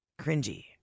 cringy